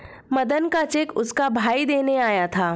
मदन का चेक उसका भाई देने आया था